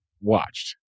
watched